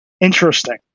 interesting